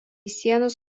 sienos